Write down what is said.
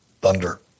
thunder